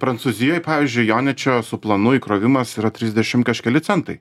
prancūzijoj pavyzdžiui joničio su planu įkrovimas yra trisdešim kažkeli centai